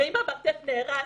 ואם המרתף נהרס,